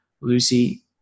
Lucy